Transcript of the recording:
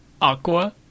Aqua